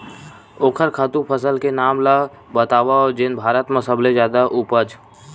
ओखर खातु फसल के नाम ला बतावव जेन भारत मा सबले जादा उपज?